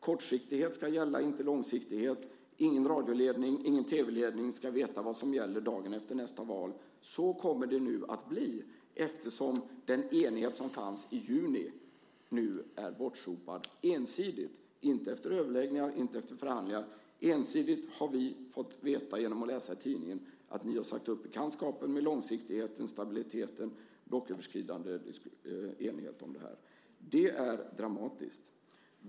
Kortsiktighet ska gälla, inte långsiktighet, ingen radioledning, ingen tv-ledning ska veta vad som gäller dagen efter nästa val. Så kommer det nu att bli eftersom den enighet som fanns i juni nu är bortsopad, ensidigt, inte efter överläggningar, inte efter förhandlingar. Ensidigt har vi fått veta genom att läsa i tidningen att ni har sagt upp bekantskapen med långsiktigheten, stabiliteten och blocköverskridande enighet om det här. Det är dramatiskt.